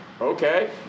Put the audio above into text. okay